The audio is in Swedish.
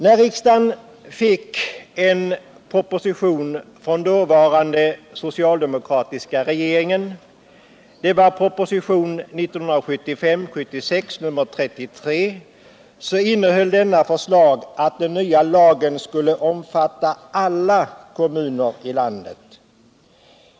När riksdagen fick en proposition från den dåvarande socialdemokratiska regeringen — propositionen 1975/76:33 — så innehöll denna förslag om att den nya lagen skulle omfatta alla kommuner i landet.